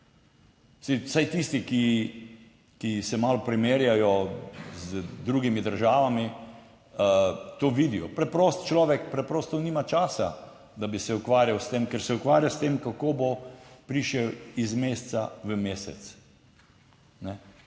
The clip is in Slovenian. vsaj tisti, ki se malo primerjajo z drugimi državami to vidijo. Preprost človek preprosto nima časa, da bi se ukvarjal s tem, ker se ukvarja s tem, kako bo prišel iz meseca v mesec.